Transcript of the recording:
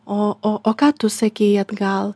o o o ką tu sakei atgal